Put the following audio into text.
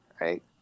Right